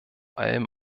allem